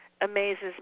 amazes